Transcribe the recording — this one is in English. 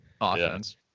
offense